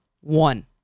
one